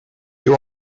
you